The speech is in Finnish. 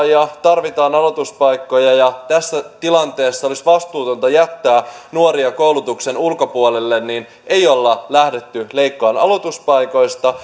ja tarvitaan aloituspaikkoja ja tässä tilanteessa olisi vastuutonta jättää nuoria koulutuksen ulkopuolelle niin ei ole lähdetty leikkaamaan aloituspaikoista